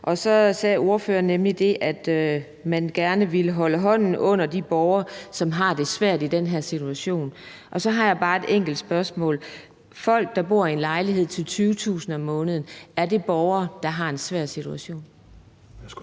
sagde nemlig, at man gerne ville holde hånden under de borgere, som har det svært i den her situation, og så har jeg bare et enkelt spørgsmål: Er folk, der bor i en lejlighed til 20.000 kr. om måneden, borgere, der er i en svær situation?